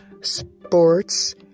sports